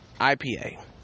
IPA